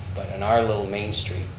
but in our little main street,